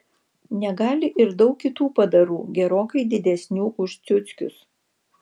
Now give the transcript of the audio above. negali ir daug kitų padarų gerokai didesnių už ciuckius